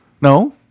no